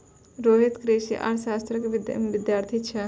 रोहित कृषि अर्थशास्त्रो के विद्यार्थी छै